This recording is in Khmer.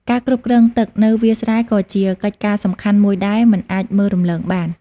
ការគ្រប់គ្រងទឹកនៅវាលស្រែក៏ជាកិច្ចការសំខាន់មួយដែលមិនអាចមើលរំលងបាន។